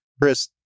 Chris